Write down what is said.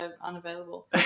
unavailable